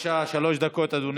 בבקשה, עד שלוש דקות, אדוני.